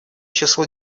число